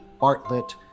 Bartlett